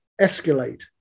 escalate